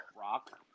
Rock